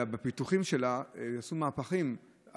הפיתוחים שלה עשו מהפכים,